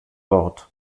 wort